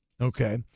Okay